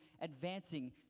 advancing